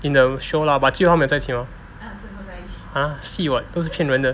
in the show lah but 最后他们有在一起吗 !huh! 戏 [what] 都是骗人的